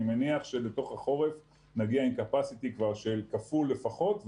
אני מניח שבתוך החורף נגיע עם קפסיטי כפול לפחות,